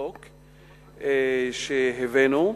החוק שהבאנו.